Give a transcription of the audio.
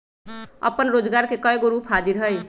अप्पन रोजगार के कयगो रूप हाजिर हइ